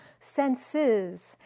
senses